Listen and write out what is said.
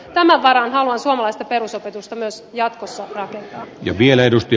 tämän varaan haluan suomalaista perusopetusta myös jatkossa rakentaa